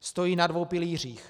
Stojí na dvou pilířích.